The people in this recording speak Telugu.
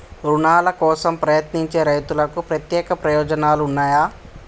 రుణాల కోసం ప్రయత్నించే రైతులకు ప్రత్యేక ప్రయోజనాలు ఉన్నయా?